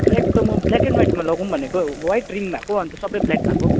track त म black and वाइटमा लगुम भनेको हो वाइट रिङ भएको अन्त सबै ब्ल्याक भएको